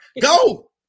go